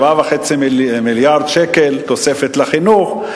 7.5 מיליארד שקל תוספת לחינוך,